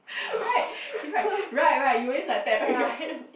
right right right right you always like tap with you hand